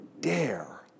dare